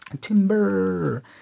Timber